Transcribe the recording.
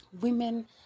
Women